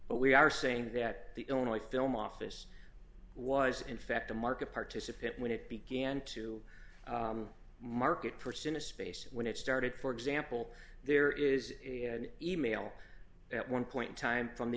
but we are saying that the only film office was in fact the market participant when it began to market personal space when it started for example there is an e mail at one point time from the